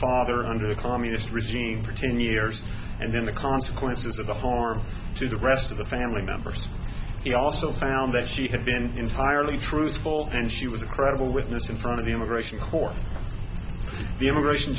father under the communist regime for ten years and then the consequences of the horror to the rest of the family members we also found that she had been entirely truthful and she was a credible witness in front of the immigration court the immigration